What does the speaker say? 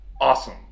awesome